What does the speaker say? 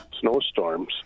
snowstorms